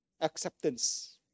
acceptance